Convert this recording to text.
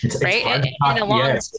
Right